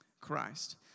Christ